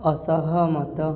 ଅସହମତ